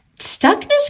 stuckness